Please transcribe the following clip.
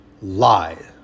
Lie